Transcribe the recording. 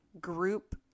group